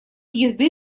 езды